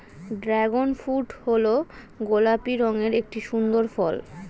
dragon fruit হল গোলাপি রঙের একটি সুন্দর ফল